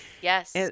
yes